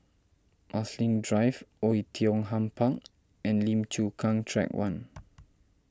Marsiling Drive Oei Tiong Ham Park and Lim Chu Kang Track one